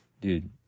dude